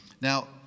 Now